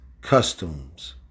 customs